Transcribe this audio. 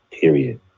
Period